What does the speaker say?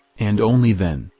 and only then,